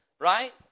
right